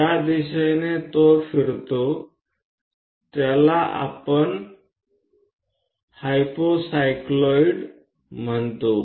ज्या दिशेने तो फिरतो त्याला आपण हायपोसाइक्लॉईड म्हणतो